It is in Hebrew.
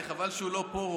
חבל שהוא לא פה,